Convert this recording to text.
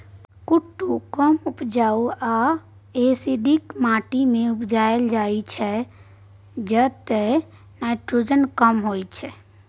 कुट्टू कम उपजाऊ आ एसिडिक माटि मे उपजाएल जाइ छै जतय नाइट्रोजन कम होइ